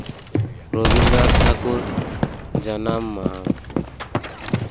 ᱨᱚᱵᱤᱱᱫᱨᱚᱱᱟᱛᱷ ᱴᱷᱟᱹᱠᱩᱨ ᱡᱟᱱᱟᱢ ᱢᱟᱦᱟ